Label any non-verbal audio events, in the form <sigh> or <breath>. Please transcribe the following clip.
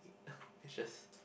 <breath> it's just